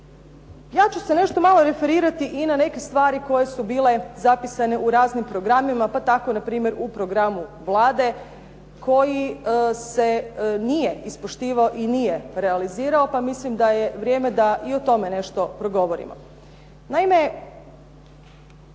Ja ću se nešto malo referirati i na neke stvari koje su bile zapisane u raznim programima, pa tako npr. u programu Vlade koji se nije ispoštivao i nije realizirao, pa mislim da je vrijeme da i o tome nešto progovorimo.